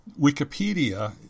Wikipedia